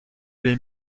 les